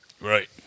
Right